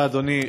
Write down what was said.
תודה, אדוני.